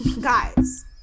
Guys